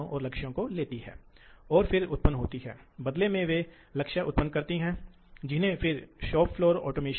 तो आप देखते हैं कि टोक़ वास्तव में पर निर्भर करता है एक तरह से सामग्री हटाने की दर पर निर्भर करता है इसलिए यह कटौती की गहराई के साथ साथ फ़ीड पर भी निर्भर करता है